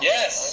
Yes